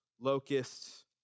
locusts